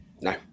no